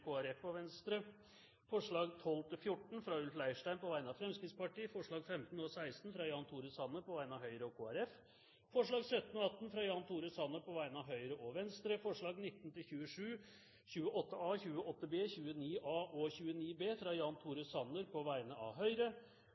Folkeparti og Venstre forslagene nr. 12–14, fra Ulf Leirstein på vegne av Fremskrittspartiet forslagene nr. 15 og 16, fra Jan Tore Sanner på vegne av Høyre og Kristelig Folkeparti forslagene nr. 17 og 18, fra Jan Tore Sanner på vegne av Høyre og Venstre forslagene nr. 19–27, 28a, 28b, 29a og 29b, fra Jan Tore Sanner på vegne av Høyre